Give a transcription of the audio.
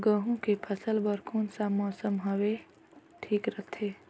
गहूं के फसल बर कौन सा मौसम हवे ठीक रथे?